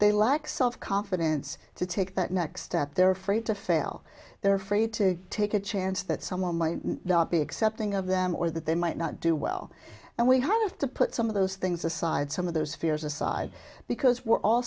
they lack self confidence to take that next step they're afraid to fail they're free to take a chance that someone might not be accepting of them or that they might not do well and we have to put some of those things aside some of those fears aside because we're all